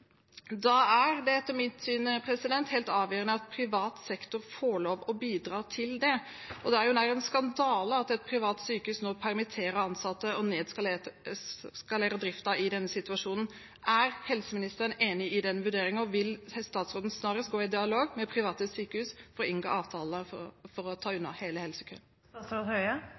da er det etter mitt syn helt avgjørende at privat sektor får lov å bidra til det. Det er jo nær en skandale at et privat sykehus permitterer ansatte og nedskalerer driften i denne situasjonen. Er helseministeren enig i den vurderingen, og vil statsråden snarest gå i dialog med private sykehus for å inngå avtaler for å ta unna hele